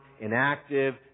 inactive